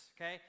okay